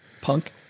Punk